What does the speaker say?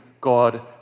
God